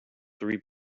three